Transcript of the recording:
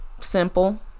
simple